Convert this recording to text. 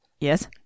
Yes